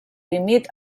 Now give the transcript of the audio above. límit